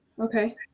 Okay